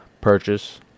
purchase